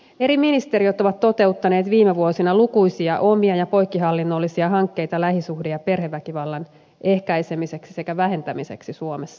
eri ministeriöt ovat toteuttaneet viime vuosina lukuisia omia ja poikkihallinnollisia hankkeita lähisuhde ja perheväkivallan ehkäisemiseksi sekä vähentämiseksi suomessa